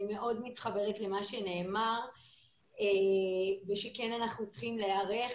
אני מאוד מתחברת למה שנאמר ושאנחנו צריכים כן להיערך.